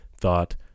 thought